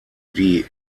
die